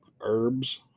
herbs